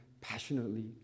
passionately